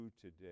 today